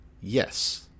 yes